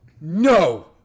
no